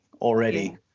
already